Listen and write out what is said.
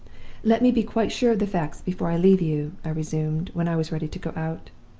let me be quite sure of the facts before i leave you i resumed, when i was ready to go out.